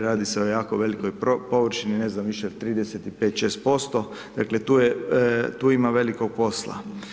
Radi se o jako velikoj površini, ne znam više, 35, 6 %, dakle tu ima velikog posla.